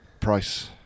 Price